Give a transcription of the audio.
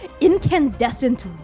incandescent